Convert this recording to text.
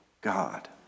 God